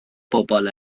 bobl